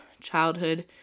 childhood